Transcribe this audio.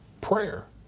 prayer